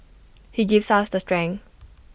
he gives us the strength